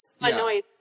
annoyed